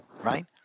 right